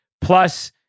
plus